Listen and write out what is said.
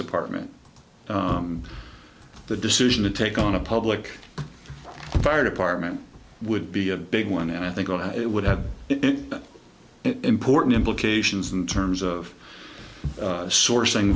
department the decision to take on a public fire department would be a big one and i think it would have important implications in terms of sourcing